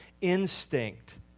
instinct